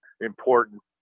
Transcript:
important